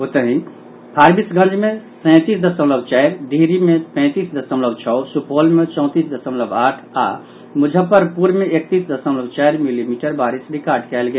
ओतहि फारबिसगंज मे सैंतीस दशमलव चारि डिहरी मे पैंतीस दशमलव छओ सुपौल मे चौंतीस दशमलव आठ आओर मुजफ्फरपुर मे एकतीस दशमलव चारि मिलीमीटर बारिश रिकॉर्ड कयल गेल